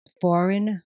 Foreign